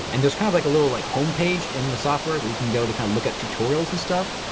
and there's kind of like a little like home page in the software where you can go to kind of look at tutorials and stuff.